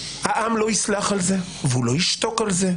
העם לא יסלח על זה והוא לא ישתוק על זה,